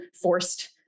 forced